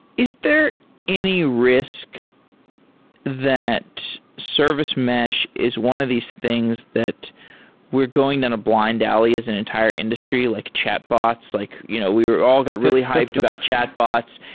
is there any risk that service mesh is one of these things that we're going down a blind alley as an entire industry, like chatbots? like you know we all got really hyped about chatbots.